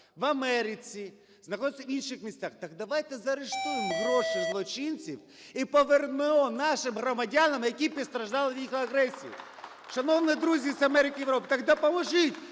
в Америці, знаходяться в інших місцях. Так давайте заарештуємо гроші злочинців і повернемо нашим громадянам, які постраждали від їх агресії. Шановні друзі з Америки і Європи, так допоможіть,